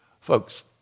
Folks